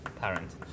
parent